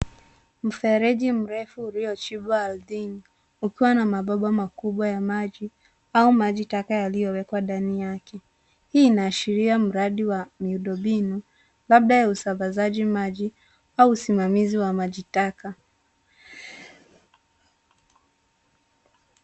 Mfereji mrefu uliochimbwa ardhini ukiwa na mabomba makubwa ya maji au maji taka yaliyo wekwa ndani yake. Hii inaashiria mradi wa miundo mbinu labda ya usambazaji maji au usimamizi wa maji taka.